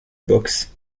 boxe